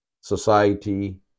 society